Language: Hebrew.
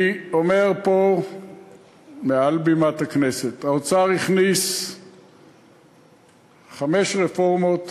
אני אומר פה מעל בימת הכנסת: האוצר הכניס חמש רפורמות